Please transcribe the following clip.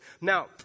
Now